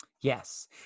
Yes